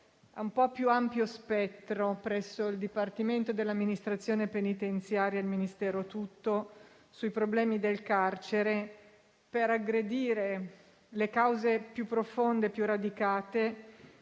un po' più ad ampio spettro, presso il Dipartimento dell'amministrazione penitenziaria e presso il Ministero tutto, sui problemi del carcere, per aggredire le cause più profonde e più radicate